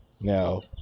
Now